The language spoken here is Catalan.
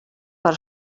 per